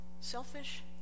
selfish